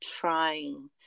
trying